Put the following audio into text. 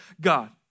God